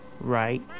right